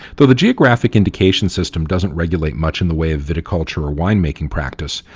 though the geographic indication system doesn't regulate much in the way of viticulture or winemaking practice,